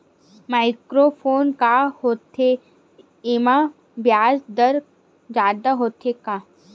Micro loan का होथे येमा ब्याज दर जादा होथे का?